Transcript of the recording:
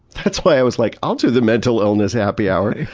that's why i was like, i'll do the mental illness happy hour!